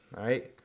alright.